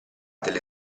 delle